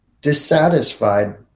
dissatisfied